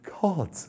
God